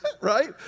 Right